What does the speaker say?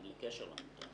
אין קשר למוטב.